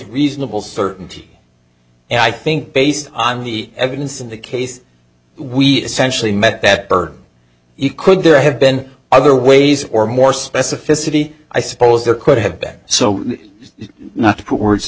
reasonable certainty and i think based on the evidence in the case we essentially met that bird he could there have been other ways or more specificity i suppose there could have been so not to put words in